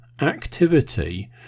activity